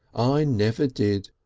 i never did.